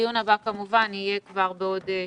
הדיון הבא יהיה כבר בעוד שבוע.